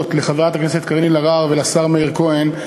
לחברת הכנסת קארין אלהרר ולשר מאיר כהן.